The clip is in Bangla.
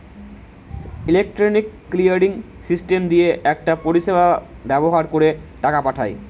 ইলেক্ট্রনিক ক্লিয়ারিং সিস্টেম দিয়ে একটা পরিষেবা ব্যাভার কোরে টাকা পাঠায়